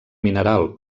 mineral